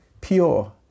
pure